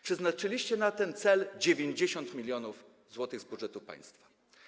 Przeznaczyliście na ten cel 90 mln zł z budżetu państwa.